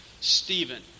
Stephen